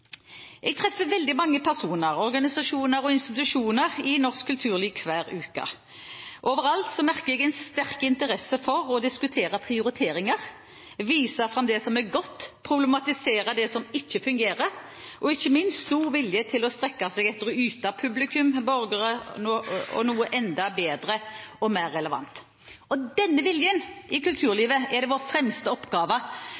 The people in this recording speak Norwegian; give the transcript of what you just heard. Jeg treffer veldig mange personer, organisasjoner og institusjoner i norsk kulturliv hver uke. Overalt merker jeg en sterk interesse for å diskutere prioriteringer, vise fram det som er godt, problematisere det som ikke fungerer, og ikke minst en stor vilje til å strekke seg etter å yte publikum – borgerne – noe enda bedre og mer relevant. Denne viljen i